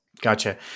Gotcha